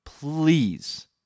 Please